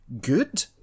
good